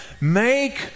Make